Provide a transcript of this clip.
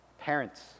Parents